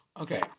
Okay